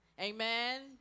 Amen